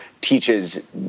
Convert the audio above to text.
teaches